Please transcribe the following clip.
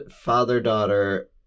father-daughter